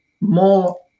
more